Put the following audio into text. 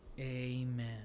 Amen